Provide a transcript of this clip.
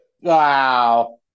Wow